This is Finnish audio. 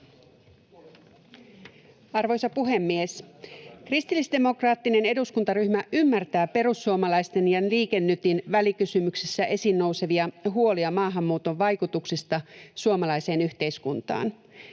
Arvoisa puhemies! Kristillisdemokraattinen eduskuntaryhmä ymmärtää perussuomalaisten ja Liike Nytin välikysymyksessä esiin nousevia huolia maahanmuuton vaikutuksista suomalaiseen yhteiskuntaan.